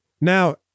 Now